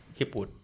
Hipwood